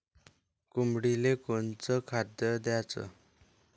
कोंबडीले कोनच खाद्य द्याच?